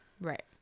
Right